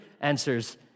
answers